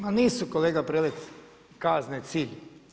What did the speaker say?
Ma nisu kolega Prelec, kazne cilj.